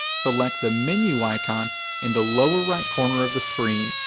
select the menu icon in the lower right corner of the screen.